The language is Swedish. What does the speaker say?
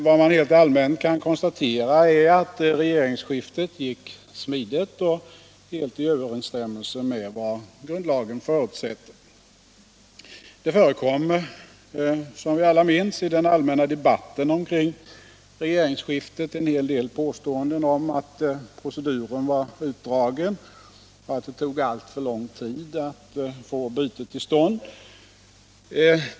Vad man helt allmänt kan konstatera är att regeringsskiftet gick smidigt och helt i överensstämmelse med vad grundlagen förutsätter. Det förekom, som vi alla minns, i den allmänna debatten kring regeringsskiftet en hel del påståenden om att proceduren var utdragen och att det tog alltför lång tid att få bytet till stånd.